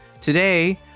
today